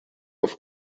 auf